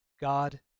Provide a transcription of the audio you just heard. God